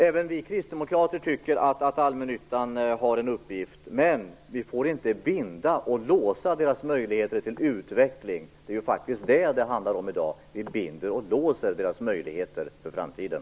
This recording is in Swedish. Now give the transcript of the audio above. Även vi kristdemokrater tycker att allmännyttan har en uppgift, men vi får inte binda och låsa dess möjligheter till utveckling. Vad det i dag handlar om är faktiskt att vi binder och låser dess möjligheter för framtiden.